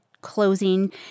closing